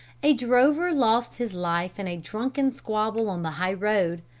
a drover lost his life in a drunken squabble on the high road.